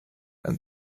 and